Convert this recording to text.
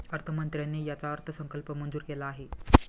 अर्थमंत्र्यांनी याचा अर्थसंकल्प मंजूर केला आहे